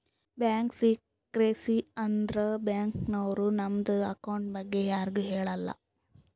bank secrecy ಅಂದುರ್ bank ನವ್ರು ನಮ್ದು ಅಕೌಂಟ್ ಬಗ್ಗೆ ಯಾರಿಗು ಹೇಳಲ್ಲ